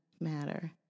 matter